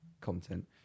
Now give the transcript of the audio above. content